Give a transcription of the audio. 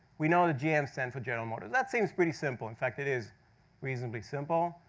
we know that gm stands for general motors. that seems pretty simple. in fact, it is reasonably simple.